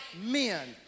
men